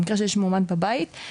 במקרה שיש מאומת בבית,